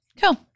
cool